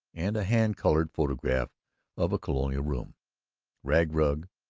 and a hand-colored photograph of a colonial room rag rug,